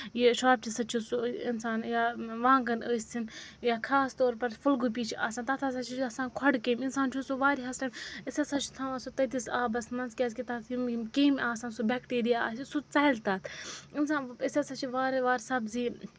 یہِ شرٛاپچہٕ سۭتۍ چھُ سُہ اِنسان یا وانٛگن ٲسِنۍ یا خاص طور پَر پھُلگوٗپی چھِ آسان تَتھ ہسا چھُ آسان کھۄڈٕ کیٚمۍ اِنسان چھُ سُہ واریاہَس ٹایم أسۍ ہسا چھِ تھاوان سُہ تٔتِس آبَس منٛز کیٛازِ کہِ تَتھ یِم یِم کیٚمۍ آسَن سُہ بٮ۪کٹیریا آسہِ سُہ ژَلہِ تَتھ اِنسان وۄنۍ أسۍ ہسا چھِ واریاہ وارٕ سَبزی